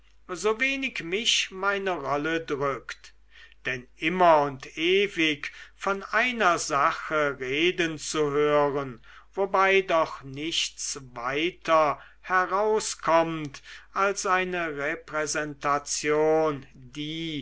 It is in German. so wenig mich meine rolle drückt denn immer und ewig von einer sache reden zu hören wobei doch nichts weiter herauskommt als eine repräsentation die